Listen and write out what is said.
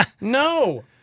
No